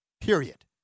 Period